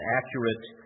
accurate